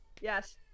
Yes